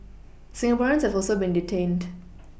Singaporeans have also been detained